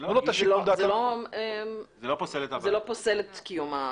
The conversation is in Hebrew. זה לא פוסל את קיום הוועדה.